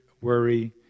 worry